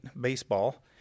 baseball